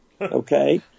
okay